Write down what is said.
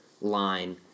line